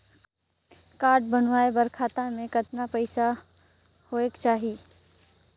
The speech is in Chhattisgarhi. कारड बनवाय बर खाता मे कतना पईसा होएक चाही?